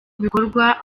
bikorwa